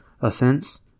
offense